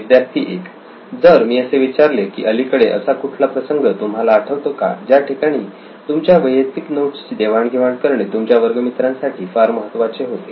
विद्यार्थी 1 जर मी असे विचारले की अलीकडे असा कुठला प्रसंग तुम्हाला आठवतो का ज्या ठिकाणी तुमच्या वैयक्तिक नोट्सची देवाण घेवाण करणे तुमच्या वर्ग मित्रांसाठी फार महत्त्वाचे होते